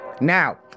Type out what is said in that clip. Now